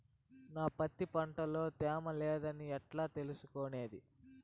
నా పత్తి పంట లో తేమ లేదని ఎట్లా తెలుసుకునేది?